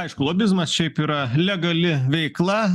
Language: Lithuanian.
aišku lobizmas šiaip yra legali veikla